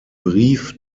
brief